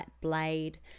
blade